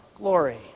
glory